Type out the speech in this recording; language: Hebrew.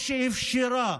או שאפשרה